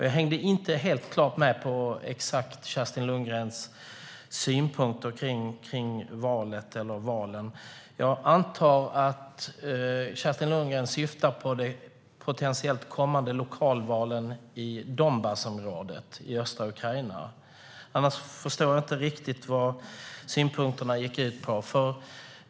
Jag hängde inte helt med i Kerstin Lundgrens synpunkter på valet eller valen. Jag antar att Kerstin Lundgren syftar på de potentiellt kommande lokalvalen i Donbassområdet i östra Ukraina. Annars förstår jag inte riktigt vad synpunkterna gick ut på.